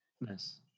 nice